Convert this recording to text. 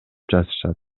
жатышат